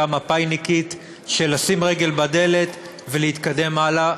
מפא"יניקית של לשים רגל בדלת ולהתקדם הלאה.